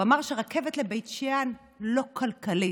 הוא אמר שרכבת לבית שאן לא כלכלית